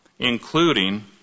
including